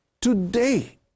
today